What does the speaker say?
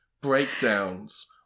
breakdowns